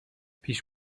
پیش